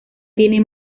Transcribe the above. tiene